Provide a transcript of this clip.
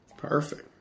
Perfect